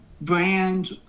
brand